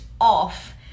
off